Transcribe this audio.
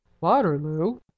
waterloo